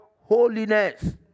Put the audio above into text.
Holiness